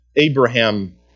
Abraham